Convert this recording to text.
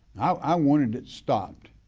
i wanted it stopped.